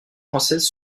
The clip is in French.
française